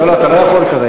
לא, לא, אתה לא יכול כרגע.